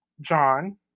John